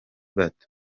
bato